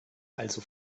also